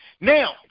Now